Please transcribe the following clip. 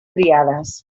triades